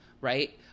right